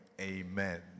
Amen